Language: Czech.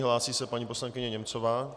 Hlásí se paní poslankyně Němcová.